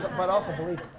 but also believe